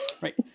Right